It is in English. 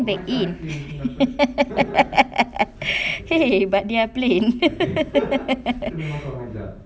back in !hey! but they're plain